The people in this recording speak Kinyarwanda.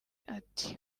ati